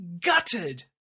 Gutted